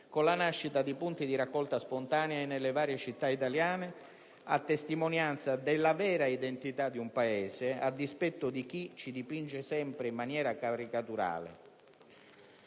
con la nascita di punti di raccolta spontanei nelle varie città italiane, a testimonianza della vera identità di un Paese e a dispetto di chi ci dipinge sempre in maniera caricaturale.